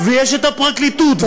ויש הפרקליטות,